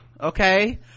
okay